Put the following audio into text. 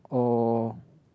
oh